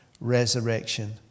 resurrection